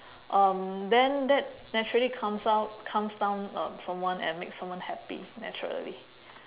um then that naturally calms down calms down um someone and makes someone happy naturally